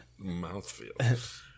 Mouthfeel